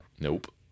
nope